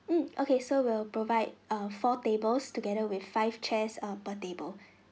mm okay so we'll provide err four tables together with five chairs err per table